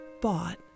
bought